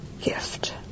gift